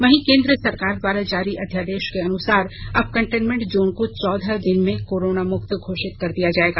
वहीं केंद्र सरकार द्वारा जारी अध्यादेश के अनुसार अब कंटेनमेंट जोन को चौदह दिन में कोरोना मुक्त घोषित कर दिया जाएगा